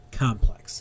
complex